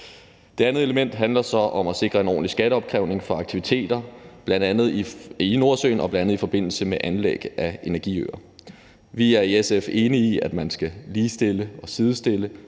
Det andet element handler så om at sikre en ordentlig skatteopkrævning for aktiviteter, bl.a. i Nordsøen og i forbindelse med anlæg af energiøer. Vi er i SF enige i, at man skal ligestille og sidestille